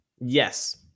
Yes